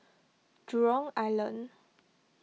Jurong Island